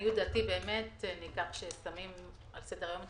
ולעניות דעתי ניכר ששמים על סדר היום את